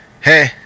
Hey